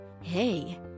Hey